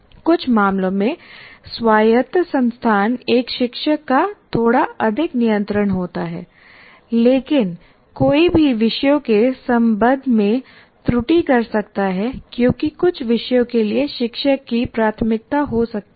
कुछ मामलों में स्वायत्त संस्थान एक शिक्षक का थोड़ा अधिक नियंत्रण होता है लेकिन कोई भी विषयों के संबंध में त्रुटि कर सकता है क्योंकि कुछ विषयों के लिए शिक्षक की प्राथमिकता हो सकती है